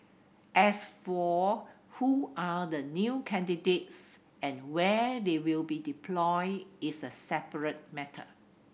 as for who are the new candidates and where they will be deployed is a separate matter